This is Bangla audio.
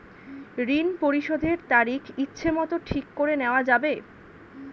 ঋণ পরিশোধের তারিখ ইচ্ছামত ঠিক করে নেওয়া যাবে?